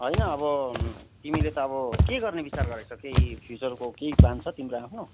होइन अब तिमीले त अब के गर्ने विचार गरेका छौ केही फ्युचरको केही प्लान छ तिम्रो आफ्नो